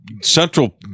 central